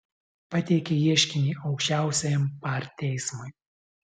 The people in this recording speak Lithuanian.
pateikė ieškinį aukščiausiajam par teismui